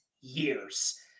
Years